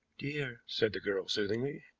dear! said the girl soothingly.